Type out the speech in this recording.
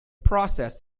processed